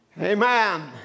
Amen